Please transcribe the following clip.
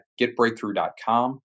getbreakthrough.com